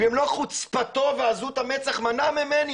במלוא חוצפתו ועזות המצח מנע ממני,